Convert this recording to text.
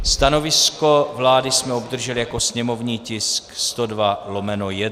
Stanovisko vlády jsme obdrželi jako sněmovní tisk 102/1.